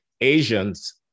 Asians